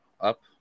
up